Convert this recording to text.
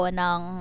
ng